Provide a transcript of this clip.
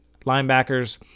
linebackers